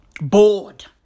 Bored